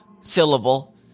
syllable